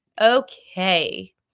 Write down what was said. Okay